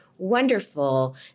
Wonderful